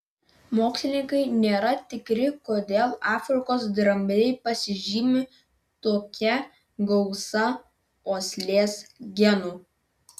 mokslininkai nėra tikri kodėl afrikos drambliai pasižymi tokia gausa uoslės genų